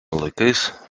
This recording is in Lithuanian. laikais